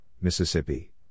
Mississippi